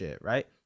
right